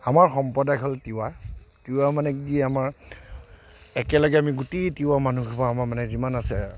আমাৰ সম্প্ৰদায় হ'ল তিৱা তিৱা মানে কি আমাৰ একেলগে আমি গোটেই তিৱা মানুহসোপা আমাৰ মানে যিমান আছে